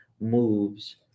moves